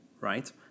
right